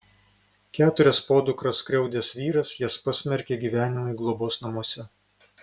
keturias podukras skriaudęs vyras jas pasmerkė gyvenimui globos namuose